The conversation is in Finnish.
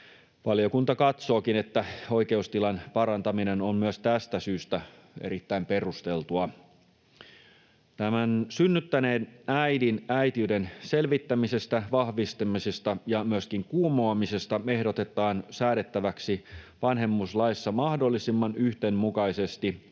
Valiokunta katsookin, että oikeustilan parantaminen on myös tästä syystä erittäin perusteltua. Synnyttäneen äidin äitiyden selvittämisestä, vahvistamisesta ja myöskin kumoamisesta ehdotetaan säädettäväksi vanhemmuuslaissa mahdollisimman yhdenmukaisesti